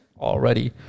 already